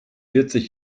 vierzig